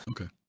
Okay